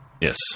Yes